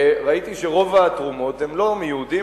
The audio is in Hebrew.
ראיתי שרוב התרומות הן לא מיהודים,